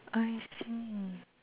I see